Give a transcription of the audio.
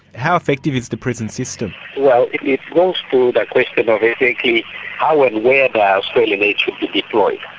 how effective is the prison system? well, it goes to the question of ethically how and where the australian aid would be deployed.